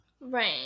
right